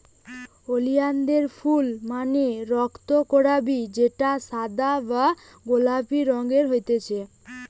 ওলিয়ানদের ফুল মানে রক্তকরবী যেটা সাদা বা গোলাপি রঙের হতিছে